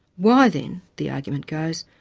why then, the argument goes,